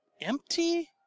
empty